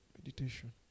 Meditation